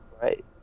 Right